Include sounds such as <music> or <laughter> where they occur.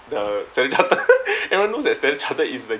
the standard chartered <laughs> everyone knows that standard chartered is the